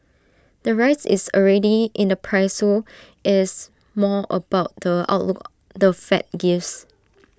the rise is already in the price so it's more about the outlook the fed gives